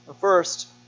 First